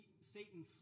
Satan